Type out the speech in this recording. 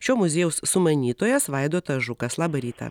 šio muziejaus sumanytojas vaidotas žukas labą rytą